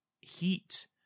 heat